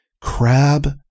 crab